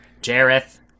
Jareth